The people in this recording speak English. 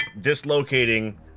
dislocating